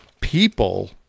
People